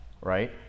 right